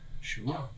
sure